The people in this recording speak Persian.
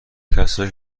کسایی